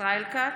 ישראל כץ,